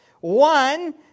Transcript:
One